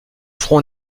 front